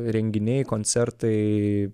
renginiai koncertai